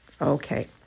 Okay